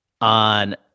on